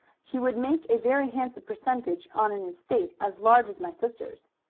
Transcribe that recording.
he would make a very handsome percentage on an estate as large as my sister's.